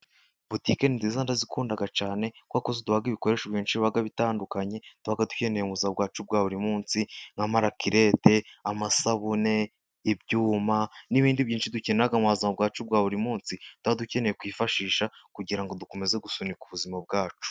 Butike nziza ndazikunda cyane kuko duhaha ibikoresho benshi biba bitandukanye tuba dukeneye mu buzima bwacu bwa buri munsi . Nk'amarakelete, amasabune, ibyuma n'ibindi byinshi dukenera mu buzima bwacu bwa buri munsi twaba dukeneye kwifashisha kugira ngo dukomeze gusunika ubuzima bwacu.